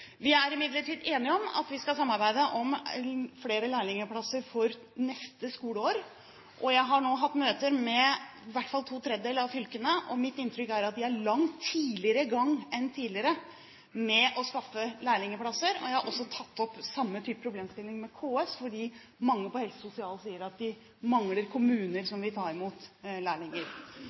Vi er imidlertid enige om at vi skal samarbeide om flere lærlingplasser for neste skoleår. Jeg har nå hatt møter med i hvert fall to tredjedeler av fylkene, og mitt inntrykk er at de er i gang langt tidligere enn før med å skaffe lærlingplasser. Jeg har også tatt opp samme type problemstilling med KS, fordi mange på helse og sosial sier at de mangler kommuner som vil ta imot lærlinger.